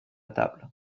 table